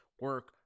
Work